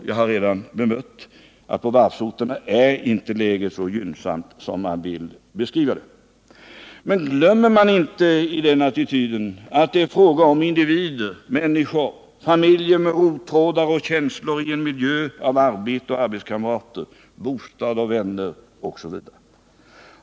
Jag har redan bemött detta och framhållit att på varvsorterna är inte läget så ljust som man vill beskriva det. Glömmer man inte, när man intar denna attityd, att det är fråga om individer, människor, familjer med rottrådar och känslor i en miljö av arbete och arbetskamrater, bostad och vänner osv.?